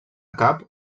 cap